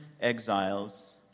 exiles